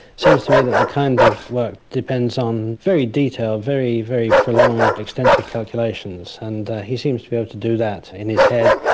seems to me that the kind of work depends on very detailed, very, very prolonged extensive calculations, and he seems to be able to do that in his head,